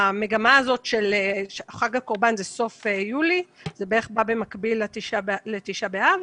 שזה סוף יולי וזה בערך בא במקביל לתשעה באב,